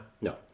No